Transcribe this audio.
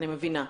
אני מבינה.